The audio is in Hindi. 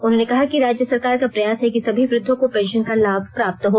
उन्होंने कहा कि राज्य सरकार का प्रयास है कि सभी वृद्दों को पेंशन का लाभ प्राप्त हो